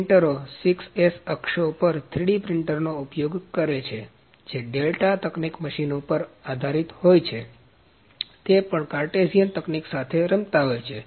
પ્રિન્ટરો 6s અક્ષો 3D પ્રિન્ટરનો ઉપયોગ કરે છે જે ડેલ્ટા તકનિક મશીનો પર આધારિત હોય છે તે પણ કાર્ટિઝિયન તકનિક સાથે રમતા હોય છે